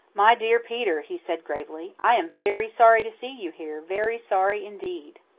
my dear peter, he said gravely, i am very sorry to see you here very sorry indeed.